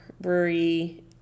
brewery